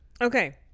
Okay